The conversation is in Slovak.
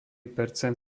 percent